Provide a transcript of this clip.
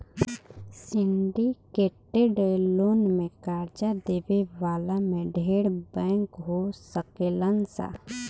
syndicated loan में कर्जा देवे वाला में ढेरे बैंक हो सकेलन सा